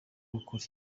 ukuri